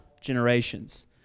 generations